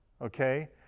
okay